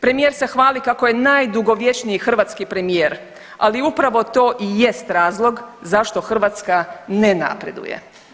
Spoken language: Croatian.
Premijer se hvali kako je najdugovječniji hrvatski premijer, ali upravo to i jest razlog zašto Hrvatska ne napreduje.